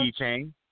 keychain